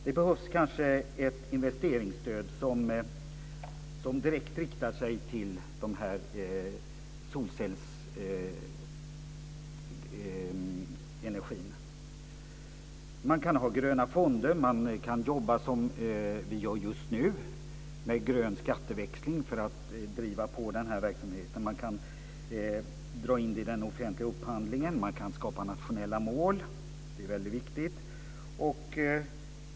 Det behövs kanske ett investeringsstöd som direkt riktar sig till solcellsenergin. Man kan ha gröna fonder, och man kan jobba som vi gör just nu, med grön skatteväxling, för att driva på verksamheten. Man kan dra in det i den offentliga upphandlingen och man kan skapa nationella mål - det är väldigt viktigt.